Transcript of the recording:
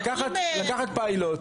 לקחת פיילוט.